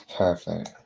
perfect